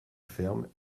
ferme